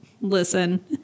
Listen